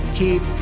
keep